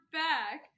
back